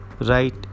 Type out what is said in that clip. right